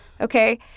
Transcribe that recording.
Okay